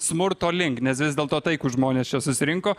smurto link nes vis dėlto taikūs žmonės čia susirinko